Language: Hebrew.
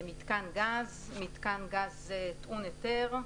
"מיתקן גז", "מיתקן גז טעון היתר",